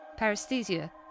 Paresthesia